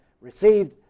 received